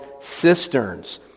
cisterns